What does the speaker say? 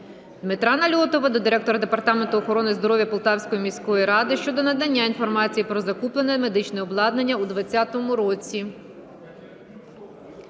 Дмитра Нальотова до директора Департаменту охорони здоров'я Полтавської міської ради щодо надання інформації про закуплене медичне обладнання у 2020 році.